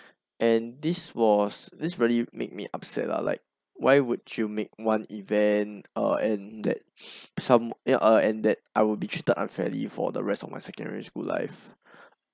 and this was this really make me upset lah like why would you make one event uh and that some and that I would be treated unfairly for the rest of my secondary school life